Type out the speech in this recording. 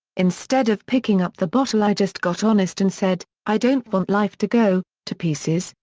instead of picking up the bottle i just got honest and said, i don't want life to go to pieces,